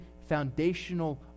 foundational